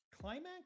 Climax